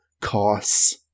costs